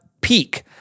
PEAK